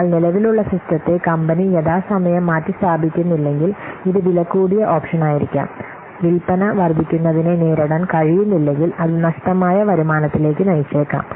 എന്നാൽ നിലവിലുള്ള സിസ്റ്റത്തെ കമ്പനി യഥാസമയം മാറ്റിസ്ഥാപിക്കുന്നില്ലെങ്കിൽ ഇത് വിലകൂടിയ ഓപ്ഷനായിരിക്കാം വിൽപന വർദ്ധിക്കുന്നതിനെ നേരിടാൻ കഴിയുന്നില്ലെങ്കിൽ അത് നഷ്ടമായ വരുമാനത്തിലേക്ക് നയിച്ചേക്കാം